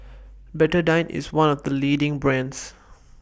Betadine IS one of The leading brands